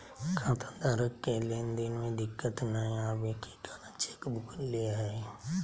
खाताधारक के लेन देन में दिक्कत नयय अबे के कारण चेकबुक ले हइ